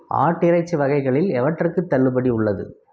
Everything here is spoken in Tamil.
ஆட்டு இறைச்சி வகைகளில் எவற்றுக்கு தள்ளுபடி உள்ளது